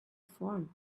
form